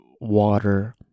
water